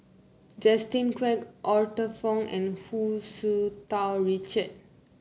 Justin Quek Arthur Fong and Hu Tsu Tau Richard